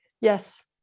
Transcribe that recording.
yes